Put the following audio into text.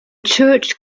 church